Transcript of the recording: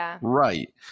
right